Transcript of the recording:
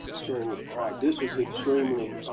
so this is extremely